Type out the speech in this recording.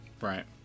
Right